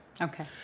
Okay